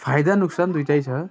फाइदा नोकसान दुइवटै छ